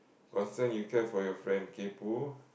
concern you care for your friend kaypoh